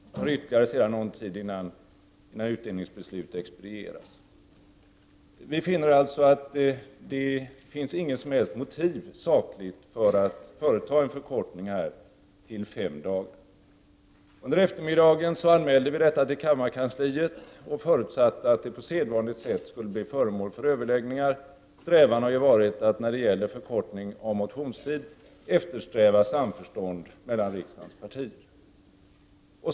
Sedan tar det ytterligare någon tid innan några utdelningsbeslut expedieras. Vi moderater finner att det inte finns något som helst sakligt motiv för att företa en förkortning av motionstiden till fem dagar. Under eftermiddagen i går anmälde vi detta till kammarkansliet och förutsatte att det på sedvanligt sätt skulle bli föremål för överläggningar. När det gäller förkortningar av motionstiden har man ju eftersträvat samförstånd mellan riksdagens partier.